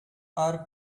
are